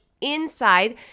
inside